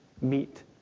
meet